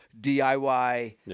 DIY